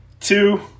two